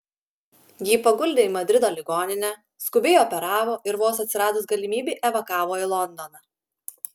jį paguldė į madrido ligoninę skubiai operavo ir vos atsiradus galimybei evakavo į londoną